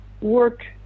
work